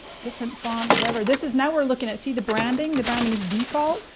different font, whatever. this is, now we're looking at, see the branding, the branding is default.